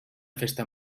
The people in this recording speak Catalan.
festa